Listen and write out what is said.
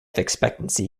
expectancy